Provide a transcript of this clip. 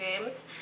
games